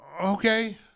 Okay